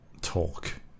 talk